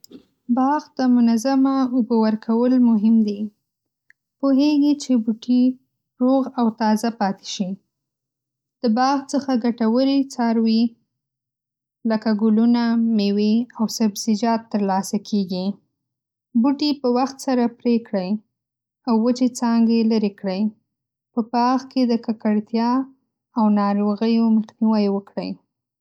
باغ ته منظمه اوبه ورکول مهم دي. پوهېږي چې بوټي روغ او تازه پاتې شي. د باغ څخه ګټورې څاروي لکه ګلونه، مېوې او سبزيجات ترلاسه کېږي. بوټي په وخت سره پرې کړئ او وچې څانګې لرې کړئ. په باغ کې د ککړتیا او ناروغیو مخنیوی وکړئ.